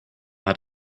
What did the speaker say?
hat